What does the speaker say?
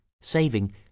saving